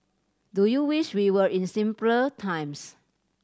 do you wish we were in simpler times